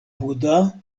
buda